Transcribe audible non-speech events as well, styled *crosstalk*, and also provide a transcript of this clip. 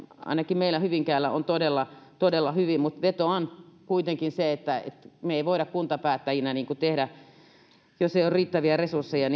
ainakin meillä hyvinkäällä on todella todella hyvin mutta vetoan kuitenkin että me emme voi kuntapäättäjinä tarjota niitä palveluita jos ei ole riittäviä resursseja *unintelligible*